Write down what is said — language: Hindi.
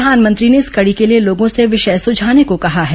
प्रधानमंत्री ने इस कड़ी के लिए लोगों से विषय सुझाने को कहा है